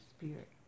spirit